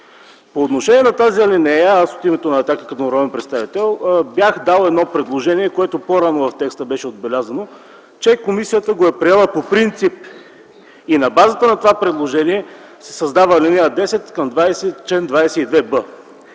По отношение на тази алинея аз от името на „Атака” като народен представител бях дал предложение, за което по-рано в текста беше отбелязано, че комисията е приела по принцип и на базата на това предложение се създава ал. 10 към чл. 22б.